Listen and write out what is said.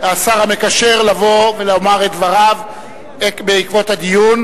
השר המקשר, לבוא ולומר את דבריו בעקבות הדיון,